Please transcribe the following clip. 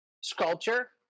sculpture